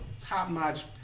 top-notch